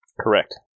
Correct